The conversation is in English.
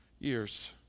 years